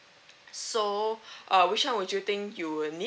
so uh which one would you think you will need